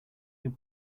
your